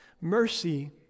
Mercy